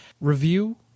Review-